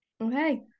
Okay